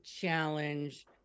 challenge